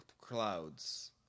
clouds